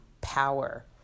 power